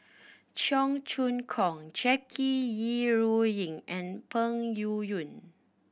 Cheong Choong Kong Jackie Yi Ru Ying and Peng Yuyun